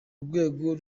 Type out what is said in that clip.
rwego